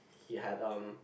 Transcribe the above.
he had um